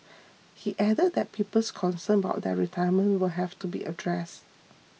he added that people's concerns about their retirement will have to be addressed